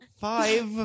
Five